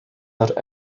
that